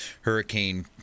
Hurricane